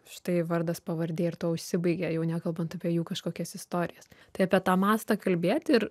štai vardas pavardė ir tuo užsibaigė jau nekalbant apie jų kažkokias istorijas tai apie tą mastą kalbėt ir